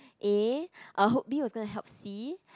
A I hope B was gonna help C